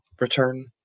return